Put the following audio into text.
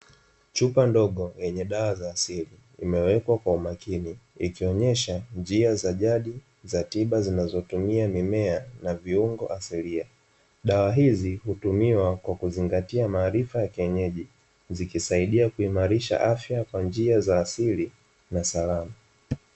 Chupa ndogo yenye dawa za asili imewekwa kwa makini ikionesha njia za jadi za tiba zinazotumia mimea na viungo asilia. Dawa hizi hutumiwa kwa kuzingati wa maarifa ya kienyeji, zikisaidia kuimarisha afya kwa njia za asili na salama.